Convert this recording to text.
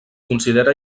considera